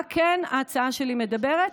על מה כן ההצעה שלי מדברת?